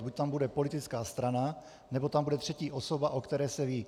Buď tam bude politická strana, nebo tam bude třetí osoba, o které se ví.